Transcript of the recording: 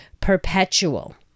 perpetual